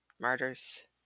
Martyrs